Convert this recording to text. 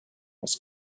was